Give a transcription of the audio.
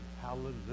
hallelujah